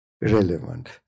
relevant